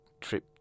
trip